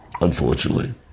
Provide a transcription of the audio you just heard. unfortunately